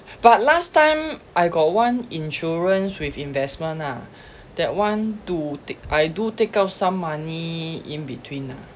but last time I got one insurance with investment ah that one do I do take out some money in between ah